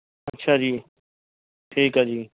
ਅੱਛਾ ਜੀ ਠੀਕ ਆ ਜੀ